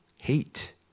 hate